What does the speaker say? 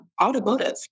automotive